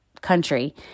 country